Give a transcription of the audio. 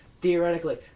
theoretically